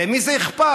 למי זה אכפת?